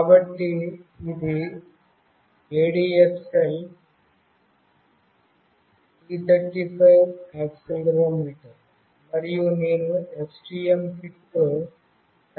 కాబట్టి ఇది ADXL 335 accelerometer మరియు నేను STM కిట్తో కనెక్షన్ చేస్తాను